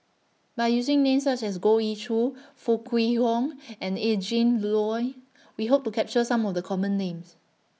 By using Names such as Goh Ee Choo Foo Kwee Horng and Adrin Loi We Hope to capture Some of The Common Names